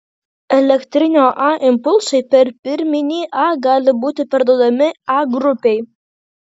elektrinio a impulsai per pirminį a gali būti perduodami a grupei